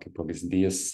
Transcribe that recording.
kaip pavyzdys